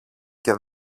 και